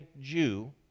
Jew